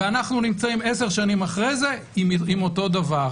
ואנחנו נמצאים עשר שנים אחרי עם אותו דבר.